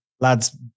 Lads